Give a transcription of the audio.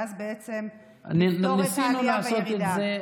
ואז בעצם נפתור את העלייה והירידה.